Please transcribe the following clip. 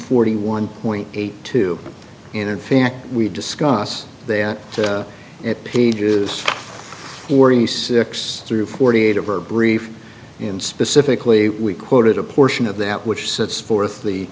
forty one point eight two and in fact we discuss there at pages already six through forty eight of our brief in specifically we quoted a portion of that which sets forth the